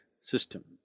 system